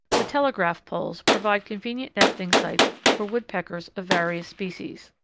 the telegraph poles provide convenient nesting sites for woodpeckers of various species.